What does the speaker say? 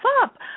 up